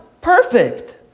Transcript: perfect